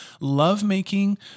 lovemaking